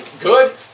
good